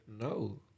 No